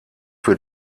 für